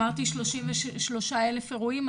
אמרתי 33 אלף אירועים,